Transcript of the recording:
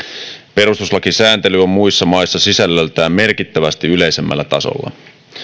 perustuslakisääntely on muissa maissa sisällöltään merkittävästi yleisemmällä tasolla